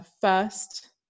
first